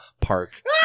Park